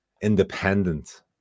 independent